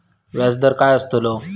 व्याज दर काय आस्तलो?